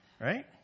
Right